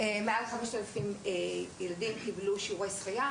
יותר מ-5,000 ילדים קיבלו שיעורי שחייה